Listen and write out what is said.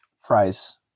fries